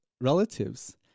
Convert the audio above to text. relatives